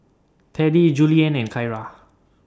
Teddy Julianne and Kyara